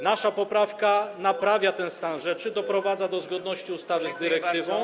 Nasza poprawka naprawia ten stan rzeczy, doprowadza do zgodności ustawy z dyrektywą.